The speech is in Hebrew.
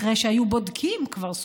אחרי שהיו בודקים כבר,